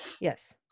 Yes